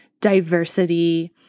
diversity